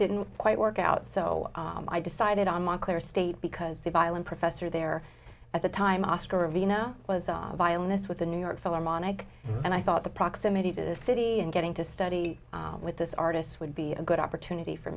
didn't quite work out so i decided on montclair state because the violin professor there at the time oscar vina was a violinist with the new york philharmonic and i thought the proximity to the city and getting to study with this artist would be a good opportunity for